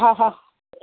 हा हा